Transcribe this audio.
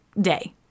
day